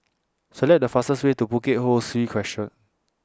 Select The fastest Way to Bukit Ho Swee Crescent